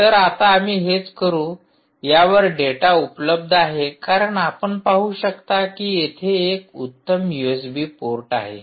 तर आता आम्ही हेच करू की यावर डेटा उपलब्ध आहे कारण आपण पाहू शकता की येथे एक उत्तम यूएसबी पोर्ट आहे